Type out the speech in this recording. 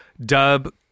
dub